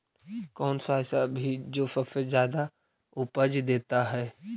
कौन सा ऐसा भी जो सबसे ज्यादा उपज देता है?